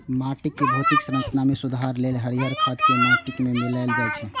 माटिक भौतिक संरचना मे सुधार लेल हरियर खाद कें माटि मे मिलाएल जाइ छै